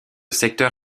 secteur